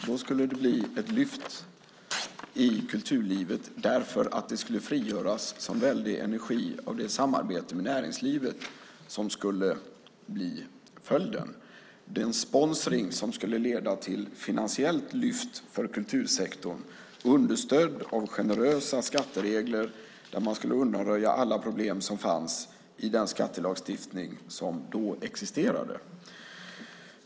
Då skulle det bli ett lyft i kulturlivet därför att det skulle frigöras en sådan väldig energi av det samarbete med näringslivet som skulle bli följden. Sponsringen skulle leda till ett finansiellt lyft för kultursektorn understödd av generösa skatteregler där man skulle undanröja alla problem som fanns i den skattelagstiftning som då existerade.